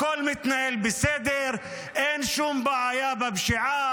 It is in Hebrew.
הכול מתנהל בסדר, אין שום בעיה בפשיעה,